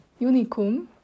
unicum